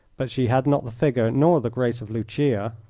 but she had not the figure nor the grace of lucia.